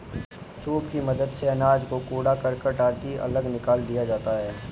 soup की मदद से अनाज से कूड़ा करकट आदि अलग निकाल दिया जाता है